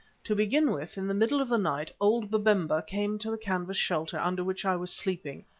to begin with, in the middle of the night old babemba came to the canvas shelter under which i was sleeping,